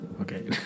Okay